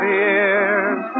years